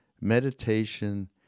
Meditation